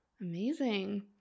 Amazing